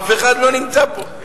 אף אחד לא נמצא פה.